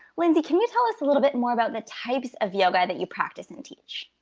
lindsey, can you tell us a little bit more about the types of yoga that you practice and teach?